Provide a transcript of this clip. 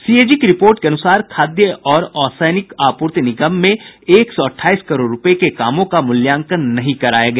CAG की report के अनुसार खाद्य और असैनिक आपूर्ति निगम में एक सौ अठाईस करोड़ रूपये के कामों का मूल्यांकन कराया गया